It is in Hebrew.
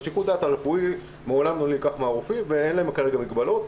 שיקול הדעת הרפואי מעולם לא נלקח מן הרופאים ואין להם כרגע מגבלות.